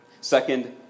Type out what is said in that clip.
Second